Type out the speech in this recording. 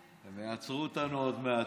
יעצרו אותנו עוד מעט.